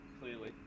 Clearly